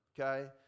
okay